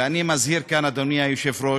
ואני מזהיר כאן, אדוני היושב-ראש,